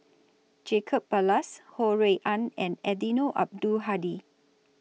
Jacob Ballas Ho Rui An and Eddino Abdul Hadi